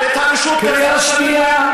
את הרשות, קריאה שנייה.